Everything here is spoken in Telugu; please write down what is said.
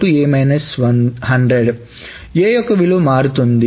A యొక్క విలువ మారుతుంది